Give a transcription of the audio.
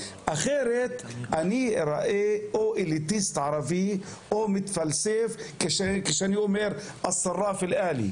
אחרת אני איראה אליטיסט ערבי או מתפלסף כשאני אומר אסרף אלעלי.